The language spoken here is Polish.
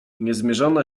niezmierzona